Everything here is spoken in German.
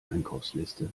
einkaufsliste